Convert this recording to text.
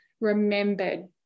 remembered